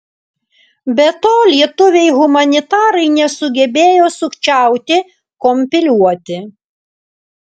be to lietuviai humanitarai nesugebėjo sukčiauti kompiliuoti